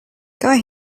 guy